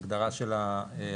ההגדרה של היחידה,